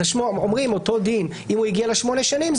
אומרים: אותו דין אם הוא הגיע לשמונה שנים,